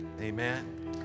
Amen